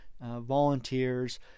volunteers